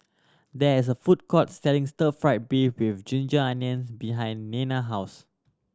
there is a food court selling stir fried beef with ginger onions behind Nena house